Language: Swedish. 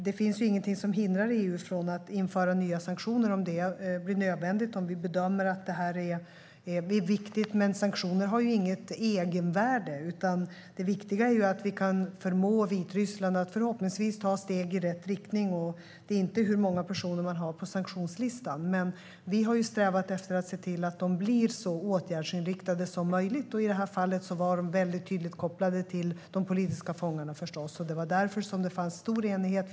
Det finns ingenting som hindrar EU från att införa nya sanktioner om det blir nödvändigt och om vi bedömer att det är viktigt. Men sanktioner har inget egenvärde. Det viktiga är att vi kan förmå Vitryssland att ta steg i rätt riktning. Det viktiga är inte hur många personer som man har på sanktionslistan. Men vi har strävat att efter att se till att sanktionerna blir så åtgärdsinriktade som möjligt. I detta fall var de förstås mycket tydligt kopplade till de politiska fångarna. Det var därför som det fanns stor enighet.